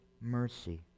mercy